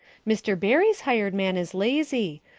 mr. barry's hired man is lazy.